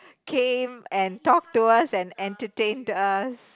came and talked to us and entertain us